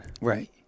right